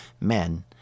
men